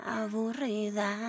aburrida